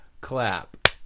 clap